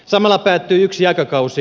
samalla päättyi yksi aikakausi